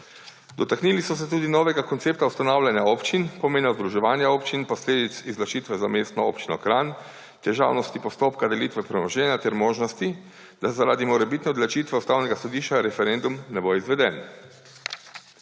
Dotaknili so se tudi novega koncepta ustanavljanja občin, pomena združevanja občin, posledic izločitve za Mestno občino Kranj, težavnosti postopka delitve premoženja ter možnosti, da zaradi morebitne odločitve Ustavnega sodišča referendum ne bo izveden.